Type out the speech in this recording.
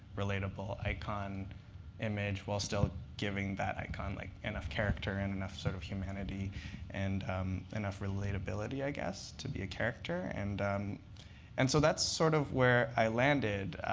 relatable icon image while still giving that icon like enough character and enough sort of humanity and enough relatability, i guess, to be a character. and and so that's sort of where i landed.